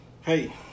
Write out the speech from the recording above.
Hey